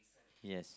yes